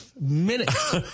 minutes